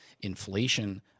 inflation